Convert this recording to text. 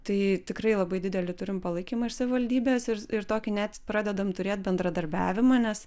tai tikrai labai didelį turim palaikymą iš savivaldybės ir ir tokį net pradedam turėt bendradarbiavimą nes